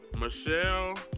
Michelle